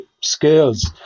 skills